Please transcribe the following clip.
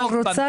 אבל רוצה